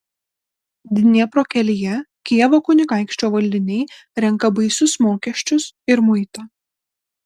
dniepro kelyje kijevo kunigaikščio valdiniai renka baisius mokesčius ir muitą